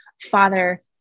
father